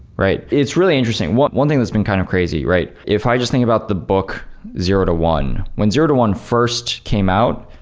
right? it's really interesting. one one thing that's been kind of crazy, right? if i just think about the book zero to one. when zero to one first came out,